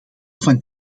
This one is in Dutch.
van